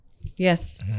yes